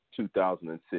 2006